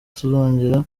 tuzongera